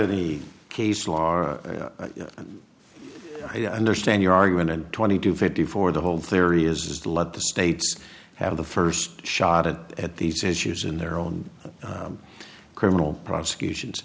the case law i understand your argument in twenty to fifty four the whole theory is let the states have the first shot at at these issues in their own criminal prosecutions